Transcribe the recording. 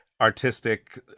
artistic